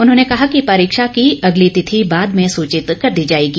उन्होंने कहा कि परीक्षा की अगली तिथि बाद में सूचित कर दी जाएगी